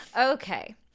Okay